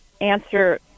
answer